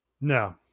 No